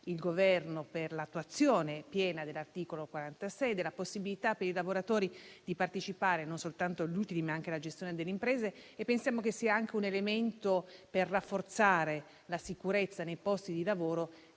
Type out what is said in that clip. il Governo per l'attuazione piena dell'articolo 46 e della possibilità per i lavoratori di partecipare non soltanto agli utili, ma anche alla gestione delle imprese, perché pensiamo che questo sia un elemento utile a rafforzare la sicurezza nei posti di lavoro